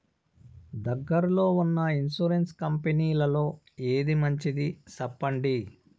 దగ్గర లో ఉన్న ఇన్సూరెన్సు కంపెనీలలో ఏది మంచిది? సెప్పండి?